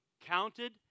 counted